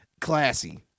Classy